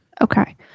Okay